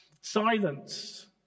Silence